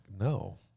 no